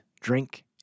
drink